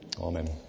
Amen